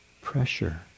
pressure